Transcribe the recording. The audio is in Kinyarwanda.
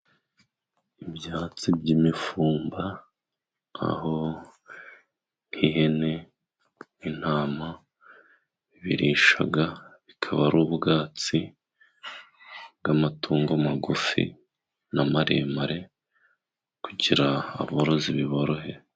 Ibyatsi by'imifumba, aho ihene n'intama birisha, bikaba ari ubwatsi bw'amatungo magufi n'amaremare, kugira aborozi biborohere.